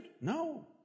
no